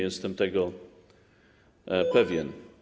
Jestem tego pewien.